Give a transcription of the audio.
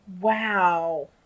Wow